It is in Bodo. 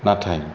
नाथाय